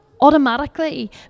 automatically